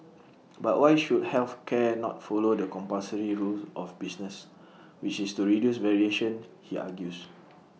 but why should health care not follow the compulsory rule of business which is to reduce variation he argues